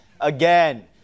again